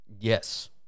Yes